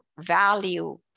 value